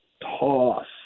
toss